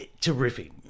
Terrific